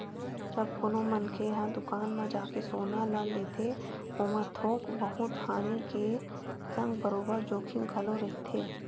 जब कोनो मनखे ह दुकान म जाके सोना ल लेथे ओमा थोक बहुत हानि के संग बरोबर जोखिम घलो रहिथे